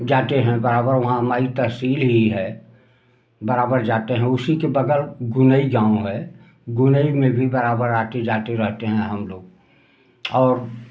जाते हैं बराबर वहाँ हमारी तहसील ही है बराबर जाते हैं उसी के बगल गुनई गाँव है गुनई में भी बराबर आते जाते रहते हैं हम लोग और